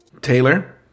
Taylor